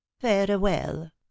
Farewell